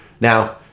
Now